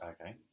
Okay